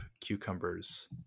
cucumbers